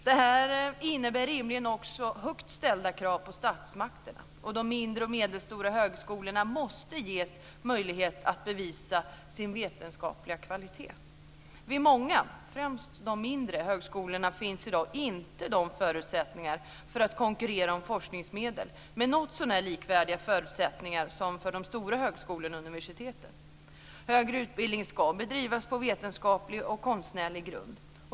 Detta innebär rimligen också högt ställda krav på statsmakterna, och de mindre och medelstora högskolorna måste ges möjlighet att bevisa sin vetenskapliga kvalitet. Vid många, främst mindre, högskolor finns i dag inte förutsättningarna för att konkurrera om forskningsmedel med något så när likvärdiga förutsättningar som de stora högskolorna och universiteten. Högre utbildning ska bedrivas på vetenskaplig och konstnärlig grund.